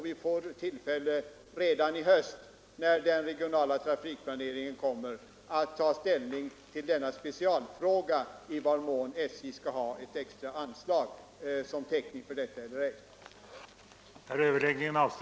Vi får sedan tillfälle redan i höst, när den regionala trafikplaneringen kommer, att ta ställning till den här specialfrågan i vad mån SJ skall ha ett extra anslag som täckning för denna förlust eller ej.